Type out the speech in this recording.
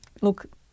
look